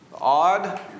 odd